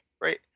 right